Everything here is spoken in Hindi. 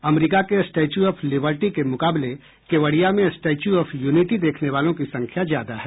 अमरीका के स्टैच्यू ऑफ लिबर्टी के मुकाबले केवडिया में स्टैच्यू ऑफ यूनिटी देखने वालों की संख्या ज्यादा है